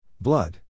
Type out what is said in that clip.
Blood